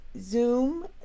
zoom